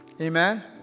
Amen